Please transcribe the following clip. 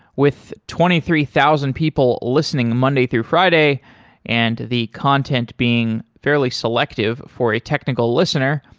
with twenty three thousand people listening monday through friday and the content being fairly selective for a technical listener,